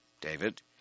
david